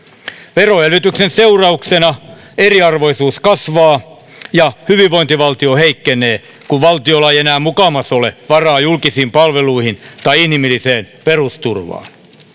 veroelvytyksen seurauksena eriarvoisuus kasvaa ja hyvinvointivaltio heikkenee kun valtiolla ei enää mukamas ole varaa julkisiin palveluihin tai inhimilliseen perusturvaan